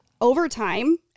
overtime